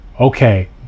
okay